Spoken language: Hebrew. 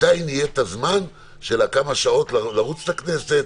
עדיין יהיה את הזמן של כמה שעות לרוץ לכנסת,